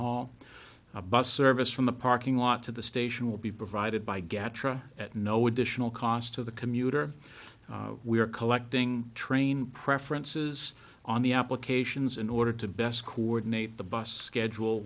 hall a bus service from the parking lot to the station will be provided by get tra at no additional cost to the commuter we are collecting train preferences on the app occasions in order to best coordinate the bus schedule